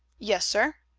yes, sir.